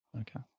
Okay